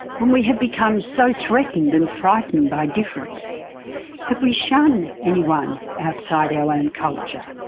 when we have become so threatened and frightened by difference that we shun anyone outside our own culture,